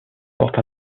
porte